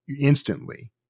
instantly